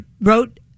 wrote